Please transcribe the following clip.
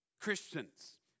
Christians